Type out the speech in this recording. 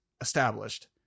established